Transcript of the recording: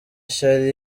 nshya